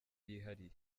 yihariye